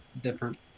different